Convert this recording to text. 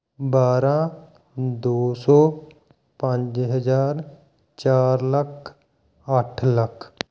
ਬਾਰ੍ਹਾਂ ਦੋ ਸੌ ਪੰਜ ਹਜ਼ਾਰ ਚਾਰ ਲੱਖ ਅੱਠ ਲੱਖ